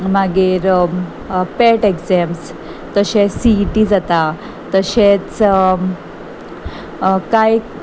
मागीर PAT exams तशेंच C E T जाता तशेंच कांय